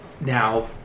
Now